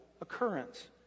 occurrence